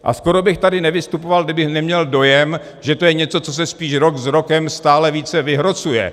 A skoro bych tady nevystupoval, kdybych neměl dojem, že to je něco, co se spíš rok s rokem stále více vyhrocuje.